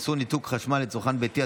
איסור ניתוק חשמל לצרכן ביתי),